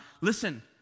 Listen